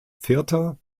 vierter